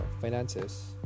finances